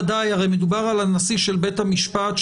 מדובר על הנשיא של בית המשפט,